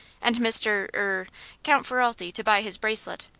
and mr er count ferralti to buy his bracelet.